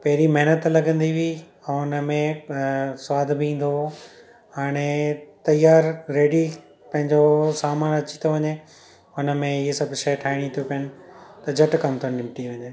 पहिरीं महिनत लॻंदी हुई ऐं हुनमें अ स्वादु बि ईंदो हुयो हाणे तयार रेडी पंहिंजो सामान अची थो वञे हुनमें ईअ सभु शइ ठाहीणी तियूं पवनि त झट कम थो निपटी वञे